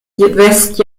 west